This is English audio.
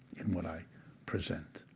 in what i present.